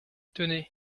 tenez